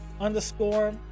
underscore